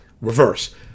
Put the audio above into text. reverse